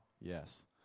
Yes